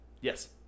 Yes